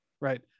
right